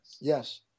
Yes